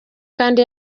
kandi